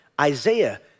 Isaiah